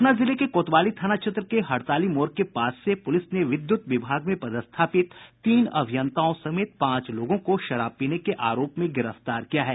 पटना जिले के कोतवाली थाना क्षेत्र के हड़ताली मोड़ के पास से पुलिस ने विद्युत विभाग में पदस्थापित तीन अभियंताओं समेत पांच लोगों को शराब पीने के आरोप में गिरफ्तार किया है